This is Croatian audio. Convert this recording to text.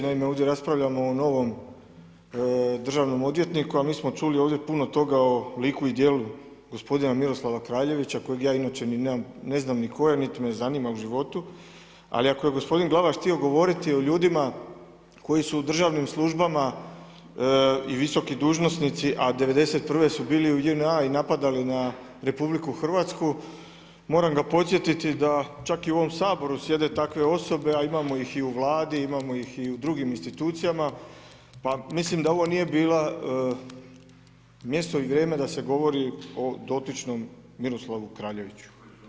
Naime, ovdje raspravljamo o novom državnom odvjetniku, a mi smo čuli ovdje puno toga o liku i djelu gospodina Miroslava Kraljevića kojeg ja inače ni ne znam ni tko je, nit me zanima u životu, ali ako je gospodin Glavaš htio govoriti o ljudima koji su u državnim službama i visoki dužnosnici, a '91. su bili u JNA i napadali na RH, moram ga podsjetiti da čak i u ovom Saboru sjede takve osobe, a imamo ih i u Vladi, imamo ih i u drugim institucijama, pa mislim da ovo nije bilo mjesto i vrijeme da se govori o dotičnom Miroslavu Kraljeviću.